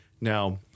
Now